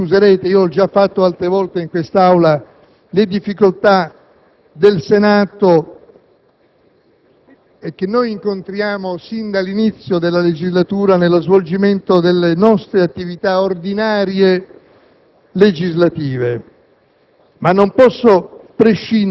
per l'ennesima volta - mi scuserete, ma l'ho già fatto altre volte in Aula - le difficoltà del Senato, che incontriamo sin dall'inizio della legislatura nello svolgimento delle nostre attività ordinarie legislative.